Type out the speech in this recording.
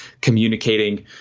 communicating